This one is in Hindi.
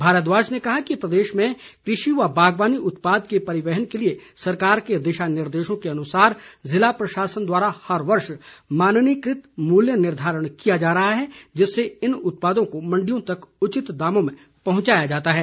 भारद्वाज ने कहा कि प्रदेश में कृषि व बागवानी उत्पाद के परिवहन के लिए सरकार के दिशा निर्देशों के अनुसार जिला प्रशासन द्वारा हर वर्ष माननीकृत मूल्य निर्धारण किया जा रहा है जिससे इन उत्पादों को मण्डियों तक उचित दामों में पहुंचाया जाता है